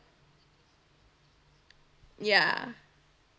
ya